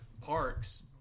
parks